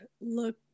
look